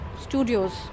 studios